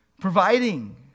providing